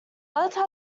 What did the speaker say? other